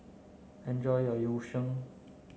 enjoy your Yu Sheng